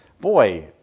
boy